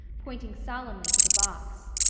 pointing solemnly to the box.